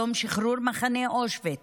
יום שחרור מחנה אושוויץ,